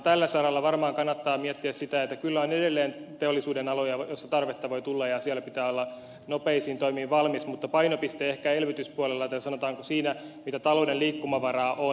tällä saralla varmaan kannattaa miettiä sitä että kyllä on edelleen teollisuudenaloja joilla tarvetta voi tulla ja siellä pitää olla nopeisiin toimiin valmis mutta painopiste ehkä elvytyspuolella tai sanotaanko siinä mitä talouden liikkumavaraa on